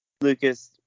Lucas